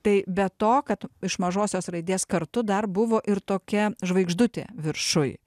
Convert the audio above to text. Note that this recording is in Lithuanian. tai be to kad iš mažosios raidės kartu dar buvo ir tokia žvaigždutė viršuj